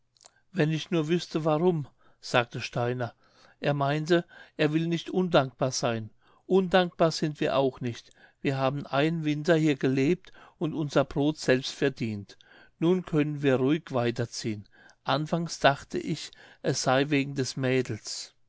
wenn ich nur wüßte warum sagte steiner er meint er will nicht undankbar sein undankbar sind wir auch nicht wir haben einen winter hier gelebt und unser brot selbst verdient nun können wir ruhig weiterziehen anfangs dachte ich es sei wegen des mädels